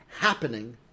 happening